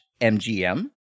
MGM